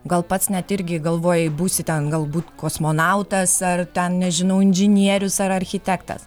gal pats net irgi galvojai būsi ten galbūt kosmonautas ar ten nežinau inžinierius ar architektas